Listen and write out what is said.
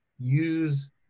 use